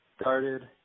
started